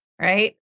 right